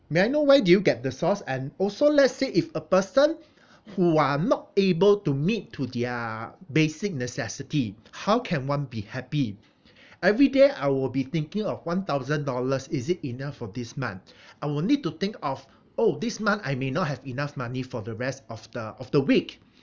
may I where do you get the source and also let's say if a person who are not able to meet to their basic necessity how can one be happy everyday I will be thinking of one thousand dollars is it enough for this month I will need to think of oh this month I may not have enough money for the rest of the of the week